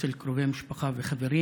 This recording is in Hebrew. אצל קרובי משפחה וחברים,